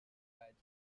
movement